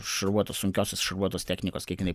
šarvuotos sunkiosios šarvuotos technikos kiek jinai